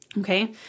Okay